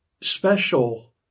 special